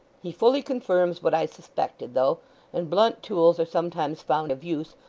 he fully confirms what i suspected, though and blunt tools are sometimes found of use,